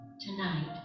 Tonight